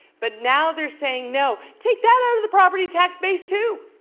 but now they're saying no, take that out of the property tax base too.